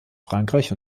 frankreich